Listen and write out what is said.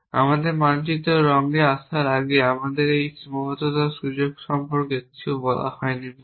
আমরা মানচিত্রের রঙে আসার আগে আমাদের এই সীমাবদ্ধতার সুযোগ সম্পর্কে কিছু বলা হয়নি মূলত